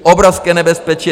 Obrovské nebezpečí.